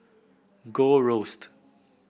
Gold Roast